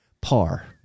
par